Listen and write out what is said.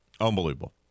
Unbelievable